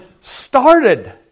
started